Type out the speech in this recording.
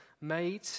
made